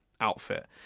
outfit